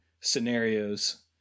scenarios